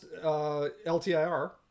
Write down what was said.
LTIR